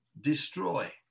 destroy